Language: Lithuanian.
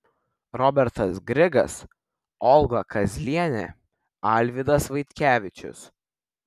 robertas grigas olga kazlienė alvydas vaitkevičius